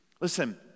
Listen